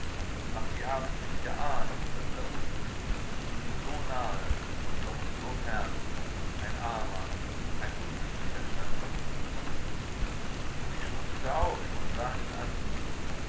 ach sie haben es nicht geahnt daß da unten ihnen so nahe und doch so fern ein armer ein unglücklicher stand sie schluchzte auf und sah ihn an